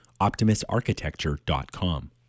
OptimusArchitecture.com